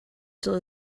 still